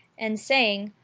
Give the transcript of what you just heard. and saying,